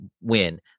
win